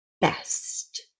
best